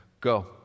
go